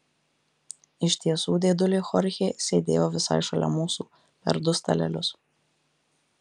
iš tiesų dėdulė chorchė sėdėjo visai šalia mūsų per du stalelius